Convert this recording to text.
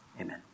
Amen